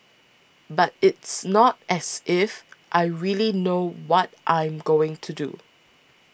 but it's not as if I really know what I'm going to do